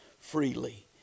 freely